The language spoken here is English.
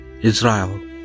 Israel